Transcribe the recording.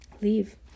Leave